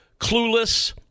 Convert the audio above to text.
clueless